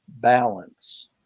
BALANCE